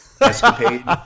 escapade